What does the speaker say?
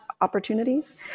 opportunities